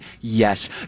Yes